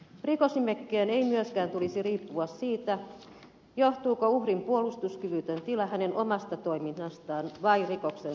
rikosnimikkeen ei myöskään tulisi riippua siitä johtuuko uhrin puolustuskyvytön tila hänen omasta toiminnastaan vai rikoksentekijän toiminnasta